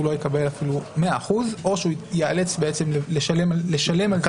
הוא לא יקבל אפילו 100% או שהוא יאלץ בעצם לשלם על כך.